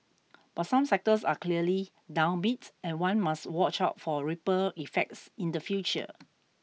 but some sectors are clearly downbeat and one must watch out for ripple effects in the future